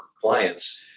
clients